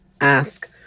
ask